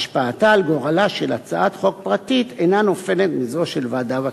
השפעתה על גורלה של הצעת חוק פרטית אינה נופלת מזו של ועדה בכנסת.